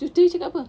tutor you cakap apa